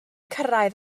cyrraedd